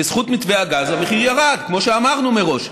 בזכות מתווה הגז המחיר ירד, כמו שאמרנו מראש.